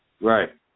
Right